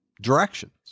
directions